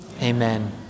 Amen